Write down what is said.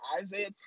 Isaiah